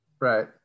Right